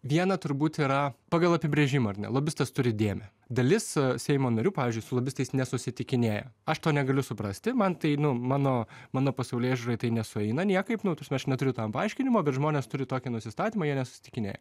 viena turbūt yra pagal apibrėžimą ar ne lobistas turi dėmę dalis seimo narių pavyzdžiui su lobistais nesusitikinėja aš to negaliu suprasti man tai nu mano mano pasaulėžiūroj tai nesueina niekaip nu ta prasme aš neturiu tam paaiškinimo bet žmonės turi tokį nusistatymą jie nesusitikinėja